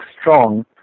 strong